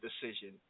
decision